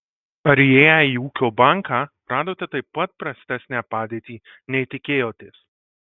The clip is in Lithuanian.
ar įėję į ūkio banką radote taip pat prastesnę padėtį nei tikėjotės